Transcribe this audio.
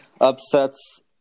upsets